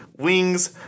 Wings